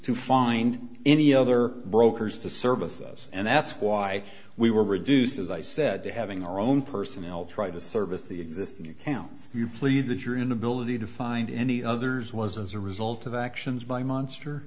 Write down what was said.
to find any other brokers to service us and that's why we were reduced as i said to having our own personnel try to service the existing accounts you plead that your inability to find any others was as a result of actions by monster